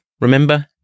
Remember